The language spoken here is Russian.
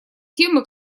темы